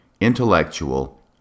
intellectual